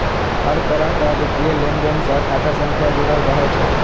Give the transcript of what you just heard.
हर तरहक वित्तीय लेनदेन सं खाता संख्या जुड़ल रहै छै